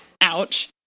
ouch